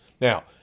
Now